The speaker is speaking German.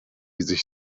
sich